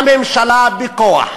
הממשלה, בכוח,